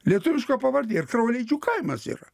lietuviška pavardė ir krauleidžių kaimas yra